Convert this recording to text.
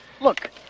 Look